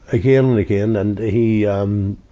again and again, and he, um,